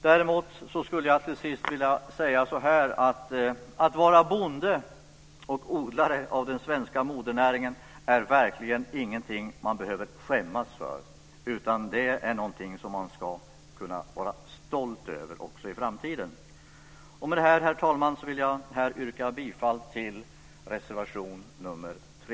Däremot skulle jag till sist vilja säga så här: Att vara bonde och odlare av den svenska modernäringen är verkligen ingenting man behöver skämmas för, utan det är någonting som man ska kunna vara stolt över också i framtiden. Med detta, herr talman, vill jag här yrka bifall till reservation nr 3.